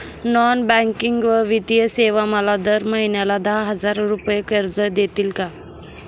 Non banking व वित्तीय सेवा मला दर महिन्याला दहा हजार रुपये कर्ज देतील का?